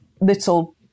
little